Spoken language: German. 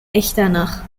echternach